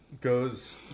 goes